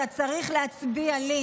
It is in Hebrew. אתה צריך להצביע לי,